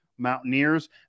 mountaineers